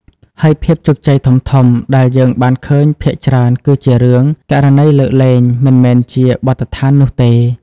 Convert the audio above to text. ហើយភាពជោគជ័យធំៗដែលយើងបានឃើញភាគច្រើនគឺជារឿង ករណីលើកលែងមិនមែនជាបទដ្ឋាននោះទេ។